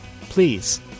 Please